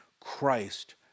Christ